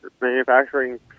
Manufacturing